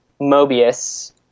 Mobius